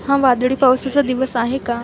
हा वादळी पावसाचा दिवस आहे का